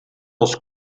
els